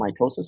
mitosis